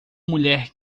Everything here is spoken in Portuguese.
mulher